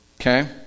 Okay